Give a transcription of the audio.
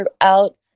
throughout